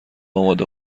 آماده